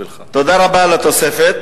אדוני, תודה רבה על התוספת,